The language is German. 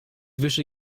wische